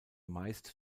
meist